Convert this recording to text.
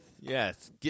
Yes